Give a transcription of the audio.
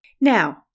Now